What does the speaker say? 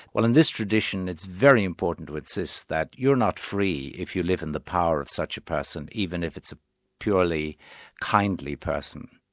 well in this tradition, it's very important to insist that you're not free if you live in the power of such a person, even if it's a purely kindly person.